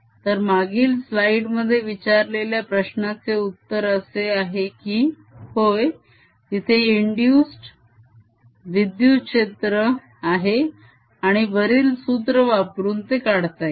तर मागील स्लाईड मध्ये विचारलेल्या प्रश्नाचे उत्तर असे आहे की होय तिथे इंदुस्ड विद्युत क्षेत्र आहे आणि वरील सूत्र वापरून ते काढता येईल